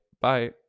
Bye